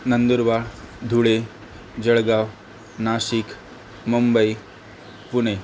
Nandurbar Dhule Jalgaon Nashik Mumbai Pune